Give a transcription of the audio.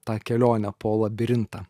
tą kelionę po labirintą